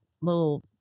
little